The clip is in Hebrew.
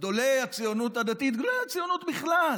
גדולי הציונות הדתית, גדולי הציונות בכלל,